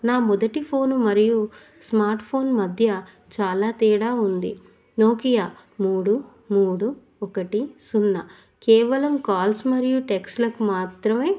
నా మొదటి ఫోను మరియు స్మార్ట్ ఫోన్ మధ్య చాలా తేడా ఉంది నోకియా మూడు మూడు ఒకటి సున్నా కేవలం కాల్స్ మరియు టెక్స్ట్లకు మాత్రమే